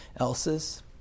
else's